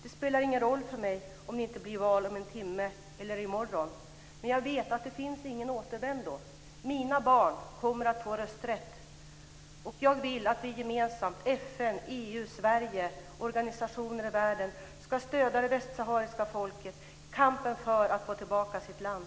Det spelar ingen roll för mig om det inte blir val om en timme eller i morgon. Jag vet att det finns ingen återvändo. Mina barn kommer att få rösträtt. Jag vill att vi gemensamt - FN, EU, Sverige och organisationer i världen - ska stödja det västsahariska folket i kampen för att få tillbaka sitt land.